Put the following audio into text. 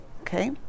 Okay